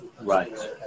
Right